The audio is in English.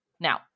Now